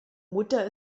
mutter